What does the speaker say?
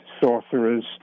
sorcerers